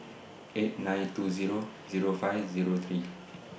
eight nine two Zero Zero five Zero three